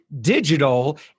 Digital